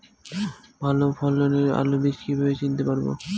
ভালো ফলনের আলু বীজ কীভাবে চিনতে পারবো?